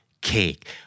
cake